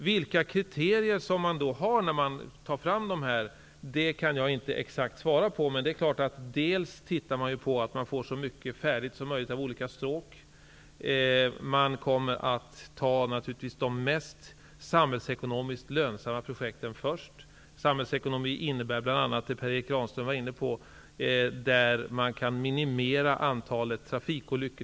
Vilka kriterier som man har när man tar fram dem, kan jag inte exakt svara på. Men man tittar bl.a. på att man får så mycket som möjligt färdigt av olika stråk. Man kommer naturligtvis att ta de mest samhällsekonomiskt lönsamma projekten först. Samhällsekonomi innebär bl.a. det som Per Erik Granström var inne på, nämligen sådant som innebär att man t.ex. kan minimera antalet trafikolyckor.